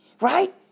right